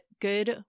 good